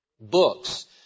books